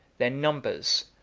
their numbers,